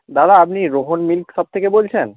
দাদা আপনি Rohan milk shop থেকে বলছেন